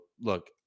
look